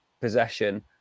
possession